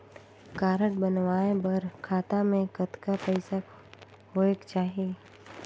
Card बनवाय बर खाता मे कतना पईसा होएक चाही?